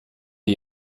die